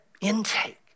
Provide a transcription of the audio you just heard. intake